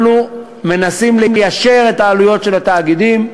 אנחנו מנסים ליישר את העלויות של התאגידים.